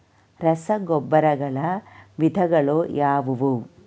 ರಸಗೊಬ್ಬರಗಳ ವಿಧಗಳು ಯಾವುವು?